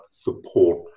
support